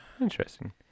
interesting